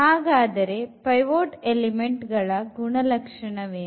ಹಾಗಾದರೆ pivot element ನ ಗುಣಲಕ್ಷಣವೇನು